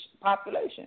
population